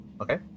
Okay